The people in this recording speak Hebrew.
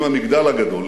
עם המגדל הגדול לידה.